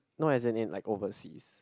no as in like overseas